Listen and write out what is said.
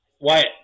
Wyatt